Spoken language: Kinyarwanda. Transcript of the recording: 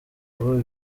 ubu